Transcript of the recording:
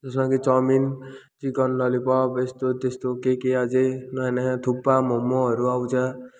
जसमा कि chowmein chicken lollipop यस्तो त्यस्तो के के अझै नयाँ नयाँ थुक्पा मोमोहरू आउँछ